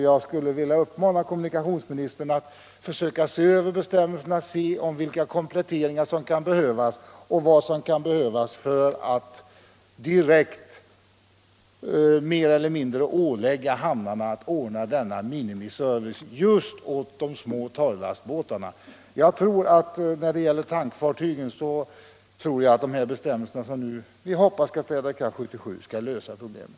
Jag skulle vilja uppmana kommunikationsministern att se efter vilka kompletteringar som kan behövas för att hamnarna skulle kunna åläggas en viss minimiservice, främst åt de små torrlastbåtarna. Tankfartygens problem tror jag kommer att lösas med de bestämmelser som vi nu hoppas skall träda i kraft 1977.